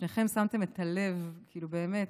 ושניכם שמתם את הלב, באמת.